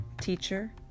teacher